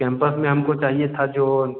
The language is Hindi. कैंपस में हमको चाहिए था जो